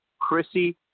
Chrissy